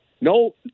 no